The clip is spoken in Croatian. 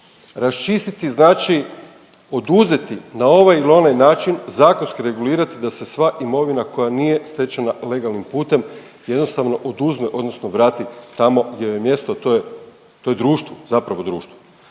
Raščistiti znači oduzeti na ovaj ili onaj način, zakonski regulirati da se sva imovina koja nije stečena legalnim putem jednostavno oduzme odnosno vrati tamo gdje joj je mjesto, to je, to je društvo, zapravo društvo.